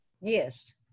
Yes